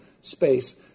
space